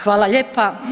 Hvala lijepa.